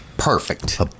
Perfect